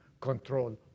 control